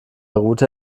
route